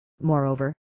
Moreover